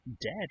dead